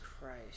Christ